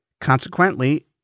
Consequently